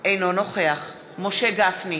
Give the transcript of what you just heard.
אינו נוכח משה גפני,